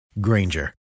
Granger